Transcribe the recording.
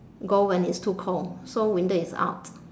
go when it's too cold so winter is out